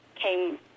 came